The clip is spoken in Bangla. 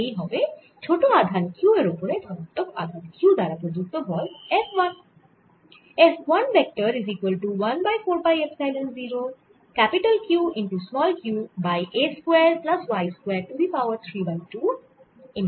এই হবে ছোট আধান q এর ওপরে ধনাত্মক আধান Q দ্বারা প্রদত্ত বল F 1